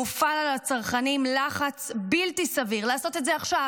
מופעל על הצרכנים לחץ בלתי סביר: לעשות את זה עכשיו,